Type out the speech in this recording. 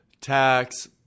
tax